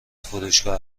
فروشگاه